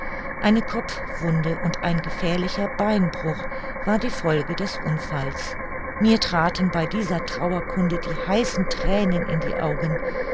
eine kopfwunde und ein gefährlicher beinbruch war die folge des unfalls mir traten bei dieser trauerkunde die heißen thränen in die augen